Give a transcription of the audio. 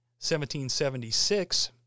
1776